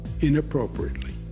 inappropriately